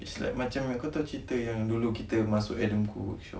it's like macam kau tahu cerita yang dulu kita masuk adam khoo workshop